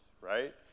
Right